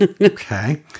Okay